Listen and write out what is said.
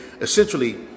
essentially